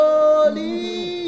Holy